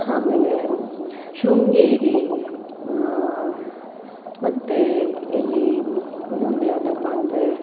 ಆಮೇಲೆ ಶೃಂಗೇರಿ ಮತ್ತು ಇಲ್ಲಿ ಇನ್ನೊಂದು ಯಾವ್ದಪ್ಪ ಅಂದರೆ